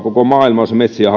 koko maailmaa jos metsiä